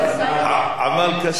עמל קשה מאוד.